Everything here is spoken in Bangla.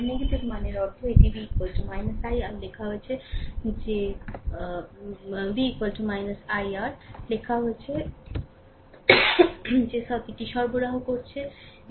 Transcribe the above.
নেগেটিভ মানের অর্থ এটি v i r লেখা হয়েছে যে সার্কিটটি সরবরাহ করছে সরবরাহ এবং এবং